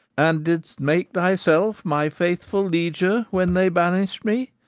and didst make thyself my faithful lieger, when they banished me.